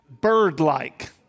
bird-like